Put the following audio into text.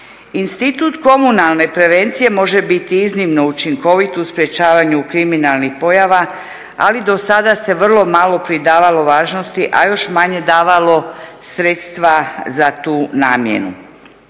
Institut komunalne prevencije može biti iznimno učinkovit u sprečavanju kriminalnih pojava, ali do sada se vrlo malo pridavalo važnosti, a još manje davalo sredstva za tu namjenu.